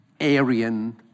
Aryan